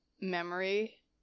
memory